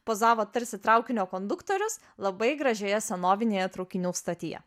pozavo tarsi traukinio konduktorius labai gražioje senovinėje traukinių stotyje